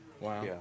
Wow